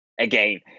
Again